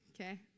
Okay